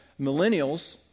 millennials